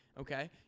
Okay